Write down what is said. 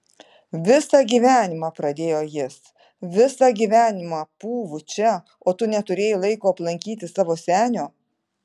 visą gyvenimą pradėjo jis visą gyvenimą pūvu čia o tu neturėjai laiko aplankyti savo senio